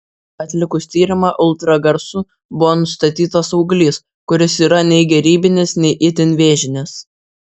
atlikus tyrimą ultragarsu buvo nustatytas auglys kuris yra nei gerybinis nei itin vėžinis